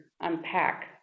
unpack